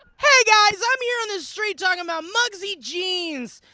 hey guys, i'm here on the street talking about mugsy jeans.